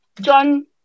John